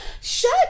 Shut